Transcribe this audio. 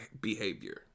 behavior